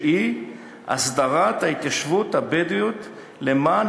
שהיא הסדרת ההתיישבות הבדואית למען